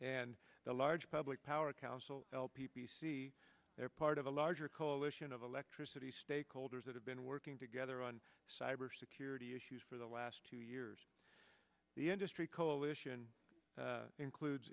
and the large public power council l p p c they're part of a larger coalition of electricity stakeholders that have been working together on cyber security issues for the last two years the industry coalition includes